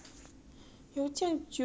不是 after A level eh